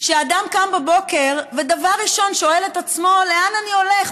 כשאדם קם בבוקר ודבר ראשון שואל את עצמו: לאן אני הולך?